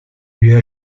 契约